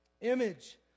Image